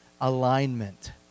alignment